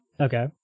Okay